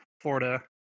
florida